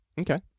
Okay